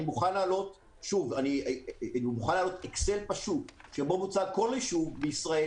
אני מוכן להעלות אקסל פשוט שבו מוצג כל יישוב בישראל,